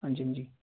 ਹਾਂਜੀ ਹਾਂਜੀ